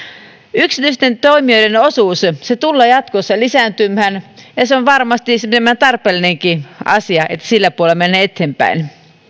yksityisten toimijoiden osuus tulee jatkossa lisääntymään ja ja se on varmasti tarpeellinenkin asia että sillä puolella mennään eteenpäin